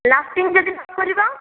lasting ଯଦି ନ କରିବ